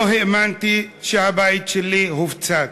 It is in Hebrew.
לא האמנתי שהבית שלי הופצץ.